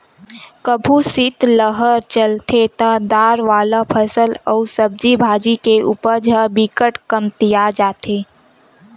कभू सीतलहर चलथे त दार वाला फसल अउ सब्जी भाजी के उपज ह बिकट कमतिया जाथे